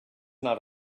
not